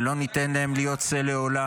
אנחנו לא נאפשר ולא ניתן להם להיות שה לעולה,